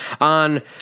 on